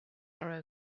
are